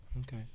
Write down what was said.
okay